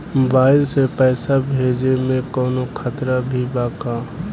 Mobile से पैसा भेजे मे कौनों खतरा भी बा का?